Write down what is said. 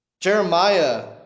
Jeremiah